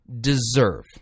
deserve